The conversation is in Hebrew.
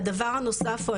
הדבר הנוסף הוא,